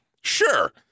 Sure